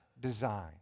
design